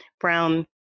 Brown